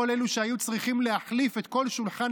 כל אלו שהיו צריכים להחליף את כל שולחן